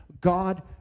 God